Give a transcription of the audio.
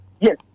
Yes